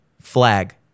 flag